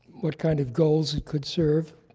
what kind of goals it could serve.